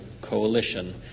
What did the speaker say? Coalition